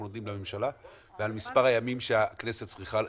נותנים לממשלה ועל מספר הימים שהכנסת צריכה,